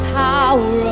power